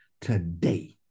today